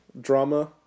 drama